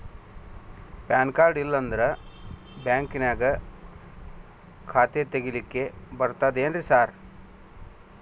PAN card ಇಲ್ಲಂದ್ರ ಬ್ಯಾಂಕಿನ್ಯಾಗ ಖಾತೆ ತೆಗೆಲಿಕ್ಕಿ ಬರ್ತಾದೇನ್ರಿ ಸಾರ್?